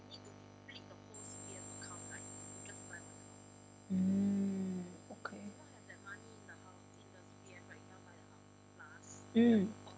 mm okay mm